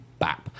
BAP